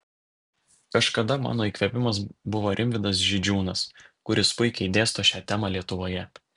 kažkada mano įkvėpimas buvo rimvydas židžiūnas kuris puikiai dėsto šia tema lietuvoje